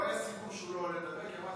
לא היה סיכום שהוא לא עולה לדבר,